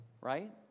right